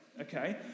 okay